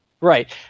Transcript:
Right